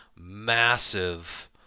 Massive